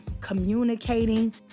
communicating